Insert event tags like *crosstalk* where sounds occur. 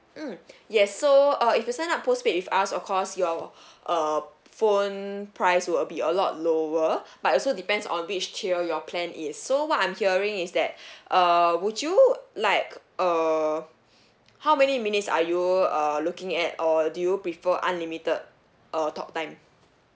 mm *breath* yes so uh if you sign up postpaid with us of course your uh phone price will be a lot lower but also depends on which tier your plan is so what I'm hearing is that *breath* uh would you like uh how many minutes are you uh looking at or do you prefer unlimited uh talk time